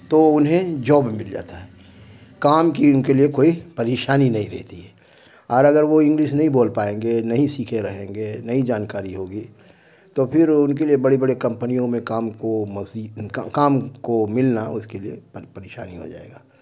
تو انہیں جوب بھی مل جاتا ہے کام کی ان کے لیے کوئی پریشانی نہیں رہتی ہے اور اگر وہ انگلش نہیں بول پائیں گے نہیں سیکھے رہیں گے نہیں جانکاری ہوگی تو پھر ان کے لیے بڑے بڑے کمپنیوں میں کام کو کام کو ملنا اس کے لیے پر پریشانی ہو جائے گا